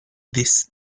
this